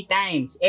times